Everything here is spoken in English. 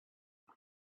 html